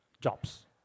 jobs